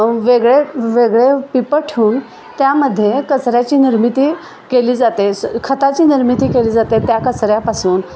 वेगळे वेगळे पिंप ठेऊन त्यामध्ये कचऱ्याची निर्मिती केली जाते स खताची निर्मिती केली जाते त्या कचऱ्यापासून